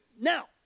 Now